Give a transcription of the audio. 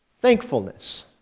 Thankfulness